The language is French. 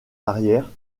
l’arrière